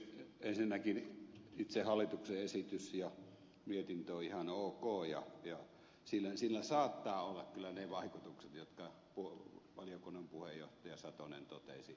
ensinnäkin itse hallituksen esitys ja mietintö ovat ihan ok ja sillä saattaa olla kyllä ne vaikutukset jotka valiokunnan puheenjohtaja satonen totesi